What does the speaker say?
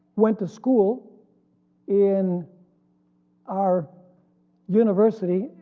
went to school in our university,